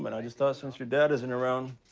um and i just thought since your dad isn't around.